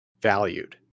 valued